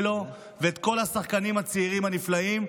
ואת כל השחקנים הצעירים הנפלאים.